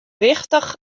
wichtich